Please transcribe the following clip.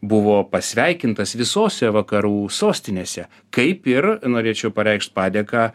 buvo pasveikintas visose vakarų sostinėse kaip ir norėčiau pareikšt padėką